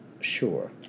sure